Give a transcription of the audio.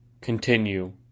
continue